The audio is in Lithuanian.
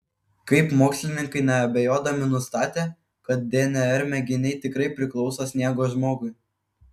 kaip mokslininkai neabejodami nustatė kad dnr mėginiai tikrai priklauso sniego žmogui